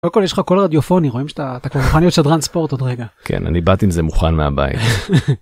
קודם כל יש לך קול רדיופוני, רואים שאתה מוכן לספורט עוד רגע. כן, אני באתי עם זה מוכן מהבית.